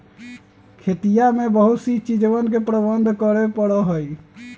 खेतिया में बहुत सी चीजवन के प्रबंधन करे पड़ा हई